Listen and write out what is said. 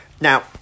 Now